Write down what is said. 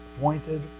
pointed